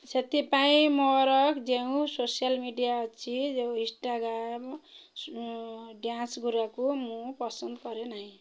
ସେଥିପାଇଁ ମୋର ଯେଉଁ ସୋସିଆଲ୍ ମିଡ଼ିଆ ଅଛି ଯେଉଁ ଇନ୍ଷ୍ଟାଗ୍ରାମ୍ ଡ୍ୟାନ୍ସ୍ଗୁଡ଼ାକୁ ମୁଁ ପସନ୍ଦ କରେ ନାହିଁ